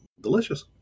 Delicious